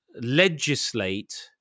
legislate